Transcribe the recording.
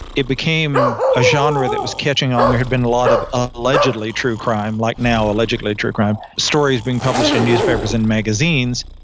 it became a genre that was catching on. there had been a lot of ah allegedly true crime like now, allegedly true crime stories being published in newspapers and magazines,